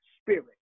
spirit